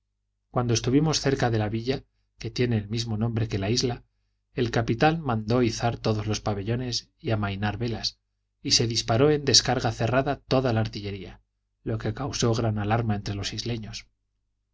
cuando estuvimos cerca de la villa que tiene el mismo nombre que la isla el capitán mandó izar todos los pabellones y amainar velas y se disparó en descarga cerrada toda la artillería lo que causó gran alarma entre los isleños